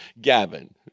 Gavin